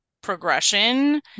progression